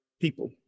people